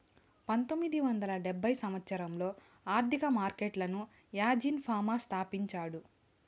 పంతొమ్మిది వందల డెబ్భై సంవచ్చరంలో ఆర్థిక మార్కెట్లను యాజీన్ ఫామా స్థాపించాడు